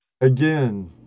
Again